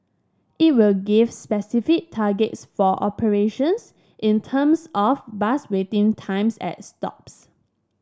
it will give specific targets for operations in terms of bus waiting times at stops